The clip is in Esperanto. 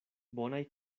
bonaj